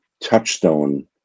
touchstone